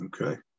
Okay